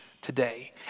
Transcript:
today